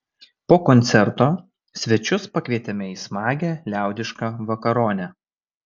po koncerto svečius pakvietėme į smagią liaudišką vakaronę